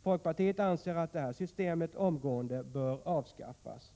Folkpartiet anser att det här systemet omgående bör avskaffas.